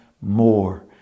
more